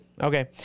Okay